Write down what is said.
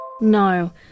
No